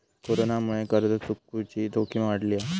कोरोनामुळे कर्ज चुकवुची जोखीम वाढली हा